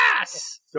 Yes